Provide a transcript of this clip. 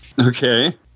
Okay